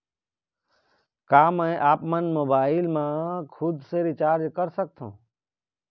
का मैं आपमन मोबाइल मा खुद से रिचार्ज कर सकथों?